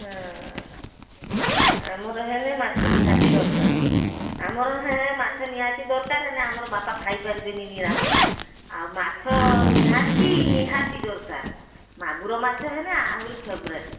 ହଁ ଆମର ହେନେ ମାଛ ନିହାତି ଦରକାର ଆମର ହେ ମାଛ ନିହାତି ଦରକାର ହେନେ ଆମର ବାପା ଖାଇ ପାରିବେନି ନିରାମ ଆଉ ମାଛ ନିହାତି ନିହାତି ଦରକାର ମାଗୁର ମାଛ ହେନେ ଆହୁରି ଫେଭରାଇଟ୍